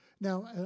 Now